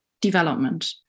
development